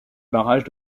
barrage